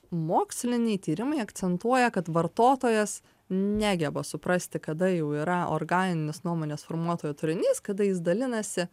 moksliniai tyrimai akcentuoja kad vartotojas negeba suprasti kada jau yra organinis nuomonės formuotojo turinys kada jis dalinasi